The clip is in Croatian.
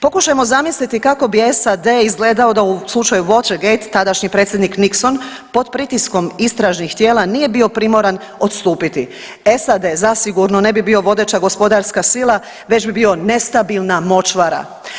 Pokušajmo zamisliti kako bi SAD izgledao da u slučaju Watergate tadašnji predsjednik Nixson pod pritiskom istražnih tijela nije bio primoran odstupiti, SAD zasigurno ne bi bio vodeća gospodarska sila već bi bio nestabilna močvara.